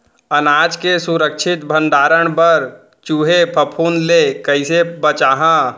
अनाज के सुरक्षित भण्डारण बर चूहे, फफूंद ले कैसे बचाहा?